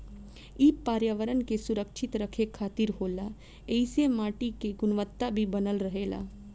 इ पर्यावरण के सुरक्षित रखे खातिर होला ऐइसे माटी के गुणवता भी बनल रहेला